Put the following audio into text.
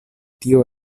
tio